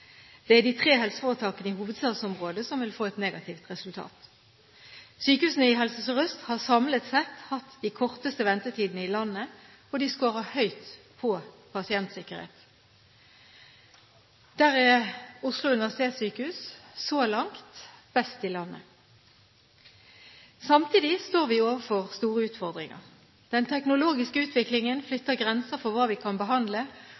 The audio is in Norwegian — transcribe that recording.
Det er de tre helseforetakene i hovedstadsområdet som vil få et negativt resultat. Sykehusene i Helse Sør-Øst har samlet sett hatt de korteste ventetidene i landet, og de skårer høyt på pasientsikkerhet. Der er Oslo universitetssykehus så langt best i landet. Samtidig står vi overfor store utfordringer. Den teknologiske utviklingen flytter grenser for hva vi kan behandle,